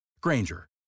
Granger